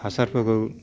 हासारफोरखौ